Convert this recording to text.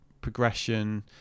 progression